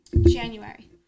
January